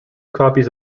copies